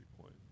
point